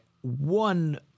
one